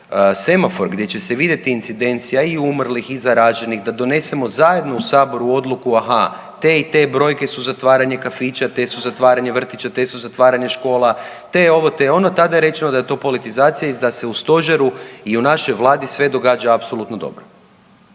semafor gdje će vidjeti i incidencija i umrlih i zaraženih, da donesemo zajedno u Saboru odluku, aha, te i te brojke su zatvaranje kafića, te su zatvaranje vrtića, te su zatvaranje škola, te ovo, te ono, tada je rečeno da je to politizacija i da se u Stožeru i u našoj Vladi sve događa apsolutno dobro